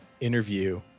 interview